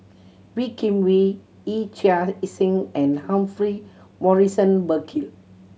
Wee Kim Wee Yee Chia Hsing and Humphrey Morrison Burkill